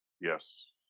yes